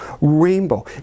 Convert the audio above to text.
rainbow